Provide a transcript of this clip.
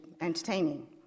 entertaining